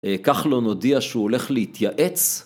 כחלון הודיע שהוא הולך להתייעץ?